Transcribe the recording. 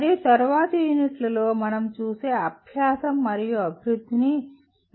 మరియు తరువాత యూనిట్లలో మనం చూసే అభ్యాసం మరియు అభివృద్ధిని 4 స్థాయిలలో చూడవచ్చు